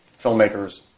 Filmmakers